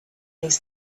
says